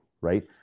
right